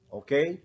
okay